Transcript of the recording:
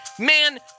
man